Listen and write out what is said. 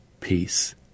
peace